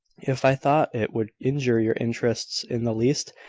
if i thought it would injure your interests in the least,